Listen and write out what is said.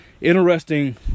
Interesting